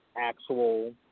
actual